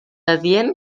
adient